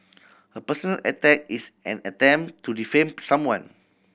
a personal attack is an attempt to defame someone